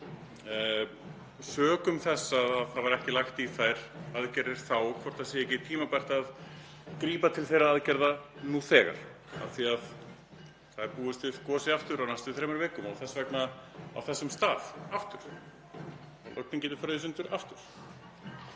Sökum þess að það var ekki lagt í þær aðgerðir þá, er ekki tímabært að grípa til þeirra aðgerða nú þegar? Það er búist við gosi aftur á næstu þremur vikum og þess vegna á þessum stað aftur og lögnin gæti farið í sundur aftur.